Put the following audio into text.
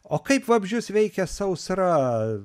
o kaip vabzdžius veikia sausra